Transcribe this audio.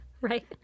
Right